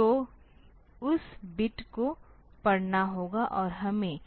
तो उस बिट को पढ़ना होगा और हमें